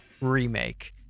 remake